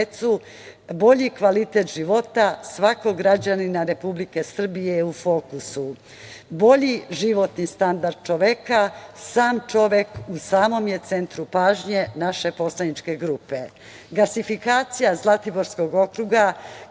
bolji kvalitet života svakog građanina Republike Srbije je u fokusu. Bolji životni standard čoveka, sam čovek u samom je centru pažnje naše poslaničke grupe. Gasifikacija Zlatiborskog okruga,